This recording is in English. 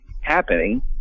happening